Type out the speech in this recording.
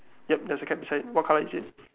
yup there's a cat beside what colour is it